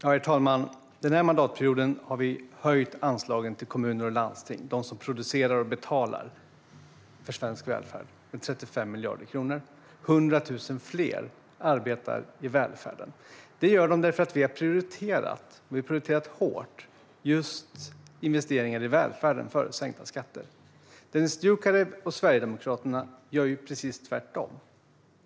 Herr talman! Denna mandatperiod har vi höjt anslagen till kommuner och landsting, de som producerar och betalar för svensk välfärd, med 35 miljarder kronor. Nu arbetar 100 000 fler i välfärden. Det gör de för att vi har prioriterat, och prioriterat hårt, just investeringar i välfärden före sänkta skatter. Dennis Dioukarev och Sverigedemokraterna gör precis tvärtom.